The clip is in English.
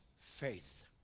faith